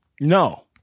No